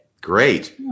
great